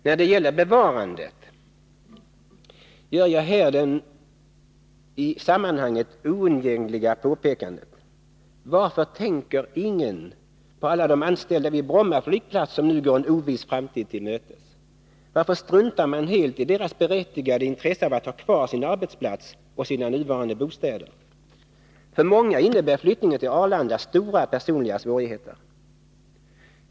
När det gäller bevarandet gör jag här det i sammanhanget oundgängliga påpekandet: Varför tänker ingen på alla de anställda vid Bromma flygplats, som nu går en oviss framtid till mötes? Varför struntar man helt i deras berättigade intresse av att ha kvar sin arbetsplats och sina nuvarande bostäder? För många innebär utflyttningen till Arlanda stora personliga svårigheter.